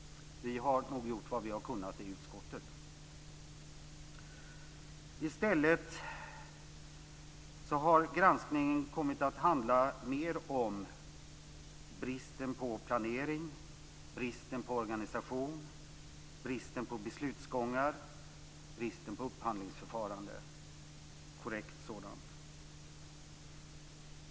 Vi har nog gjort vad vi har kunnat i utskottet. I stället har granskningen kommit att handla mer om bristen på planering, bristen på organisation, bristen på beslutsgångar och bristen på upphandlingsförfarande - och ett korrekt sådant.